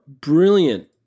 brilliant